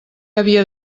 havia